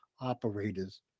operators